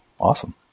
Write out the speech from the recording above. awesome